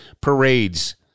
parades